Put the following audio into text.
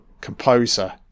Composer